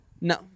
No